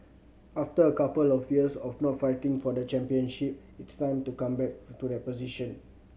after a couple of years of not fighting for the championship it's time to come back to that position